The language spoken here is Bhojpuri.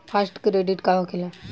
फास्ट क्रेडिट का होखेला?